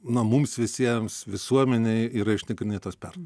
na mums visiems visuomenei yra išnagrinėtos pernai